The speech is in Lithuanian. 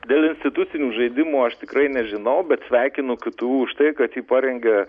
dėl institucinių žaidimų aš tikrai nežinau bet sveikinu ktu už tai kad ji parengė